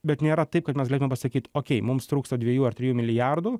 bet nėra taip kad mes galėtumėm pasakyt okei mums trūksta dviejų ar trijų milijardų